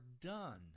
done